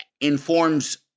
informs